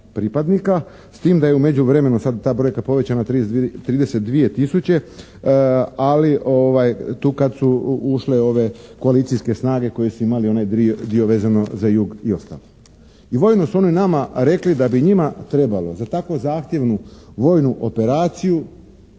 s tim da je u međuvremenu sad ta brojka povećanja na 32 tisuće ali tu kad su ušle ove koalicijske snage koje su imale onaj dio vezano za jug i ostalo. I vojno su oni nama rekli da bi njima trebalo za tako zahtjevnu vojnu operaciju